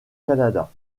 canada